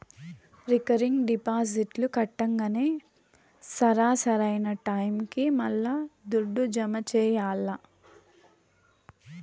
recurring డిపాజిట్లు కట్టంగానే సరా, సరైన టైముకి మల్లా దుడ్డు జమ చెయ్యాల్ల